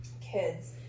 kids